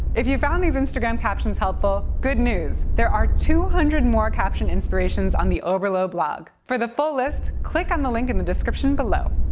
if you found these instagram captions helpful, good news there are two hundred more caption inspirations on the oberlo blog! for the full list, click the link in the description below.